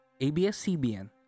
ABS-CBN